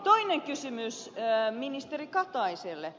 toinen kysymys ministeri kataiselle